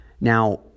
Now